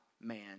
man